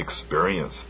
experience